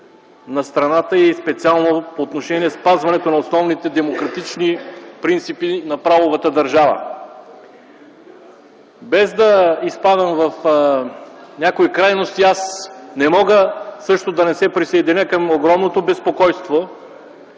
на страната и специално по отношение спазването на основните демократични принципи на правовата държава. Без да изпадам в някои крайности, не мога да не се присъединя към огромното безпокойство,